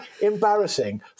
embarrassing